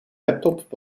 laptop